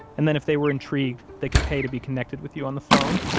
and then if they were intrigued, they could pay to be connected with you on the phone.